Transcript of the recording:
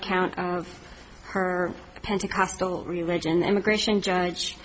account of her pentecostal religion immigration judge